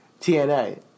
TNA